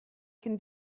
can